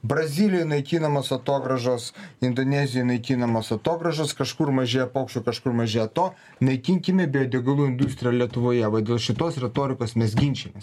brazilijoj naikinamos atogrąžos indonezijoj naikinamos atogrąžos kažkur mažėja paukščių kažkur mažėja to naikinkime biodegalų industriją lietuvoje va dėl šitos retorikos mes ginčijamės